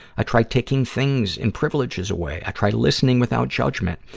i try taking things and privileges away. i try listening without judgment.